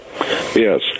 Yes